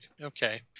okay